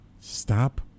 stop